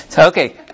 Okay